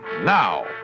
now